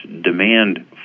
demand